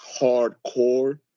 Hardcore